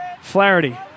Flaherty